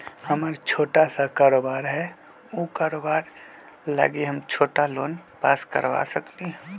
हमर छोटा सा कारोबार है उ कारोबार लागी हम छोटा लोन पास करवा सकली ह?